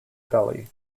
valley